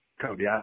Cody